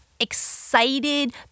Excited